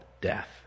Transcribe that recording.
death